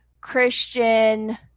christian